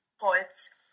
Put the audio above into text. poets